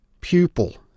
pupil